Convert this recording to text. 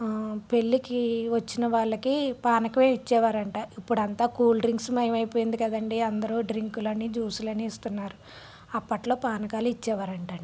పెళ్లికి వచ్చిన వాళ్ళకి పానకం ఇచ్చేవారు అంట ఇప్పుడు అంతా కూల్ డ్రింక్స్ మయం అయిపోయింది కదండి అందరు డ్రింకులని జ్యూసులని ఇస్తున్నారు అప్పట్లో పానకాల ఇచ్చేవారట అండి